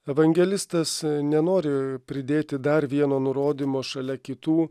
evangelistas nenori pridėti dar vieno nurodymo šalia kitų